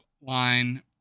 line